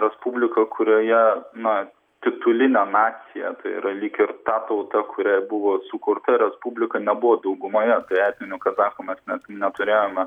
respublika kurioje na titulinė nacija tai yra lyg ir ta tauta kuriai buvo sukurta respublika nebuvo daugumoje etninių kazachų mes net neturėjome